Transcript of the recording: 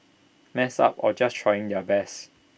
messed up or just trying their best